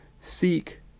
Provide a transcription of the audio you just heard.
seek